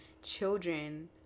children